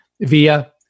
via